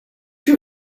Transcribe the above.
you